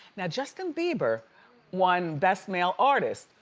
now justin bieber won best male artist.